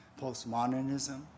Postmodernism